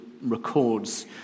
records